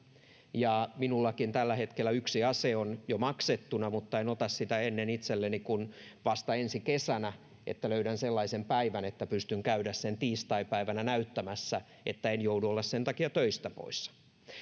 minullakin on tällä hetkellä yksi ase jo maksettuna mutta en ota sitä itselleni ennen kuin vasta ensi kesänä kun löydän sellaisen päivän että pystyn käymään sen tiistaipäivänä näyttämässä enkä joudu olemaan sen takia töistä poissa